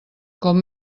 com